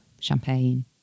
champagne